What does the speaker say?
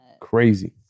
crazy